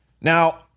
Now